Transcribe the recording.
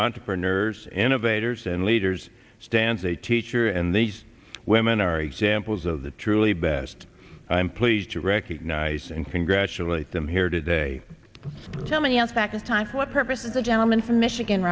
entrepreneurs innovators and leaders stands a teacher and these women are examples of the truly best i'm pleased to recognize and congratulate them here today tell me a fact what purpose is the gentleman from michigan